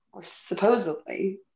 Supposedly